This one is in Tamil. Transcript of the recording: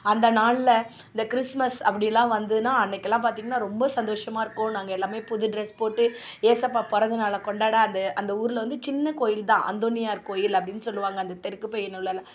அந்த நாளில் இந்த கிறிஸ்மஸ் அப்படியெல்லாம் வந்ததுன்னா அன்னைக்கெல்லாம் பார்த்திங்கன்னா ரொம்ப சந்தோஷமாக இருக்கும் நாங்கள் எல்லாம் புது ட்ரஸ் போட்டு யேசப்பா பிறந்தநாள கொண்டாட அந்த அந்த ஊரில் வந்து சின்ன கோவில் தான் அந்தோனியார் கோவில் அப்படினு சொல்வாங்க அந்த தெற்கு பொய்கை நல்லூரில்